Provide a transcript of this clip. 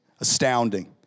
astounding